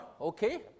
okay